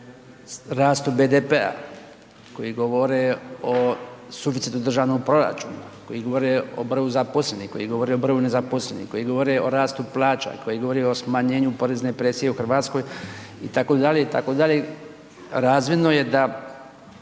o rastu BDP-a, koji govore o suficitu državnog proračuna, koji govore o broju zaposlenih, koji govore o broju nezaposlenih, koji govore o rastu plaća, koji govore o smanjenju porezne presije u Hrvatskoj itd., itd., razvidno je da